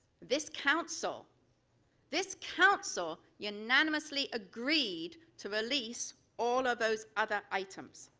this council this council unanimously agreed to release all of those other items.